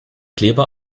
kleber